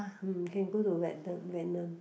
hmm can go to Vietnam Vietnam